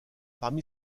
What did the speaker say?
parmi